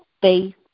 faith